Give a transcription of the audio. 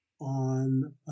on